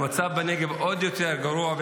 המצב בנגב עוד יותר גרוע,